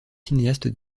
cinéaste